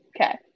Okay